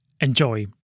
Enjoy